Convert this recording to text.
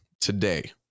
today